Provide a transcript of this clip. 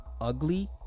ugly